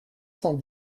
cent